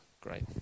Great